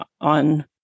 on